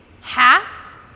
half